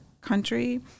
country